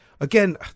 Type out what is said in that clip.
again